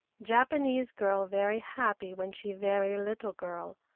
japanese girl very happy when she very little girl,